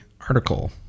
article